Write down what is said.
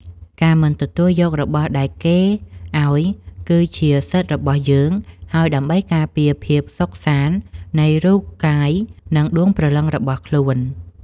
ការមិនទទួលយករបស់ដែលគេឱ្យគឺជាសិទ្ធិរបស់យើង ហើយដើម្បីការពារភាពសុខសាន្តនៃរូបកាយនិងដួងព្រលឹងរបស់ខ្លួន។